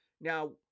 Now